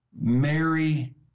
Mary